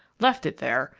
left it there,